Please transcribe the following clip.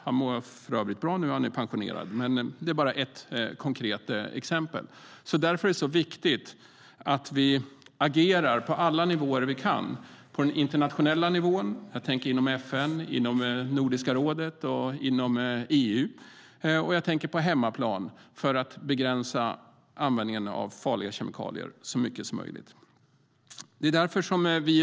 Han mår för övrigt bra nu och är pensionerad. Men det är bara ett konkret exempel. Det är viktigt att vi agerar på alla nivåer vi kan för att i så stor utsträckning som möjligt begränsa användningen av farliga kemikalier. På den internationella nivån tänker jag på FN, Nordiska rådet och EU, och jag tänker på hemmaplan.